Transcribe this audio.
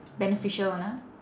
beneficial one ah